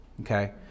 okay